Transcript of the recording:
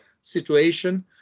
situation